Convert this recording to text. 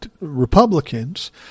Republicans